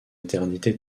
éternité